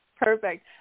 Perfect